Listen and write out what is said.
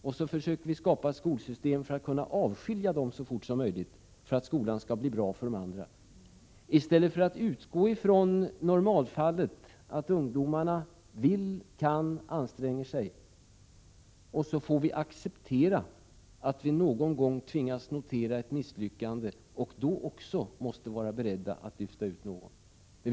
Vi försöker skapa skolsystem som gör det möjligt att avskilja dem så snart som möjligt, så att skolan kan bli bra för de andra eleverna — i stället för att alltid utgå ifrån normalfallet, att ungdomarna vill, kan och anstränger sig. Vi får naturligtvis också då acceptera att någon gång tvingas notera ett misslyckande, och då måste vi vara beredda att lyfta ut någon.